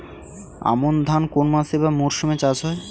আমন ধান কোন মাসে বা মরশুমে চাষ হয়?